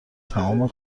تمام